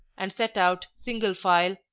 and set out single file,